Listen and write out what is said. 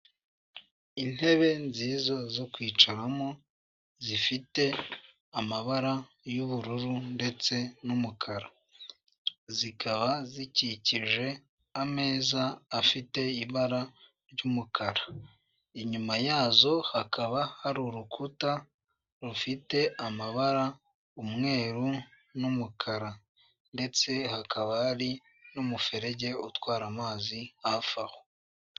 Intebe nziza zo kwicaramo zifite amabara y'ubururu ndetse n'umukara zikaba zikikije ameza afite ibara ry'umukara, inyuma yazo hakaba hari urukuta rufite amabara umweru n'umukara ndetse hakaba hari n'umuferege utwara amazi hafi aho.